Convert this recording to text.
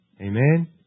Amen